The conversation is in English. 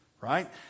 right